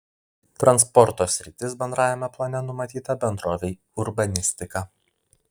transporto sritis bendrajame plane numatyta bendrovei urbanistika